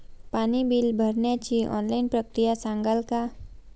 पाणी बिल भरण्याची ऑनलाईन प्रक्रिया सांगाल का?